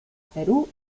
perú